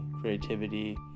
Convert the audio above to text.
creativity